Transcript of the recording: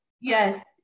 Yes